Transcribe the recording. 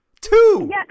two